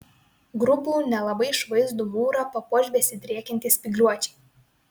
grubų nelabai išvaizdų mūrą papuoš besidriekiantys spygliuočiai